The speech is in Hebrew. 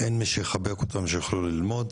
אין מי שיחבק אותם שיוכלו ללמוד.